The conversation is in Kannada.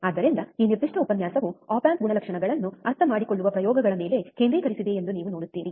ಆದ್ದರಿಂದ ಈ ನಿರ್ದಿಷ್ಟ ಉಪನ್ಯಾಸವು ಆಪ್ ಆಂಪ್ ಗುಣಲಕ್ಷಣಗಳನ್ನು ಅರ್ಥಮಾಡಿಕೊಳ್ಳುವ ಪ್ರಯೋಗಗಳ ಮೇಲೆ ಕೇಂದ್ರೀಕರಿಸಿದೆ ಎಂದು ನೀವು ನೋಡುತ್ತೀರಿ